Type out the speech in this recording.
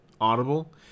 Audible